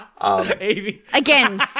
Again